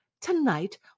Tonight